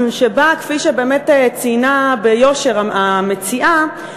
כפי שציינה ביושר המציעה,